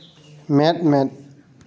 ᱢᱮᱸᱫ ᱢᱮᱸᱫ